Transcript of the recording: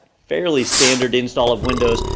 fairly standard install of windows.